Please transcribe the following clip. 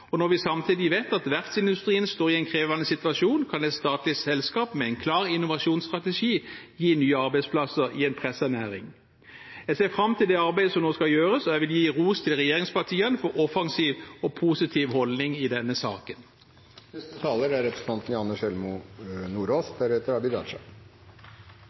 og når vi samtidig vet at verftsindustrien står i en krevende situasjon, kan et statlig selskap med en klar innovasjonsstrategi gi nye arbeidsplasser i en presset næring. Jeg ser fram til arbeidet som nå skal gjøres, og jeg vil gi ros til regjeringspartiene for offensiv og positiv holdning i denne saken. Senterpartiet viser til at bakgrunnen for forslaget om å opprette et statlig ferjeselskap er